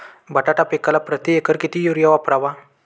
बटाटा पिकाला प्रती एकर किती युरिया वापरावा?